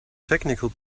technical